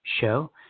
show